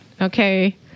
Okay